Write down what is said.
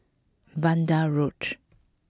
Vanda Road